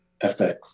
FX